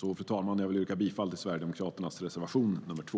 Fru talman! Jag yrkar bifall till Sverigedemokraternas reservation nr 2.